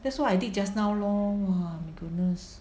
that's why I did just now lor ah my goodness